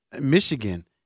Michigan